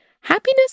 Happiness